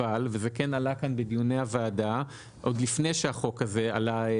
אבל וזה כן עלה כאן בדיוני הוועדה עוד לפני שהחוק הזה עלה.